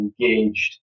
engaged